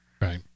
right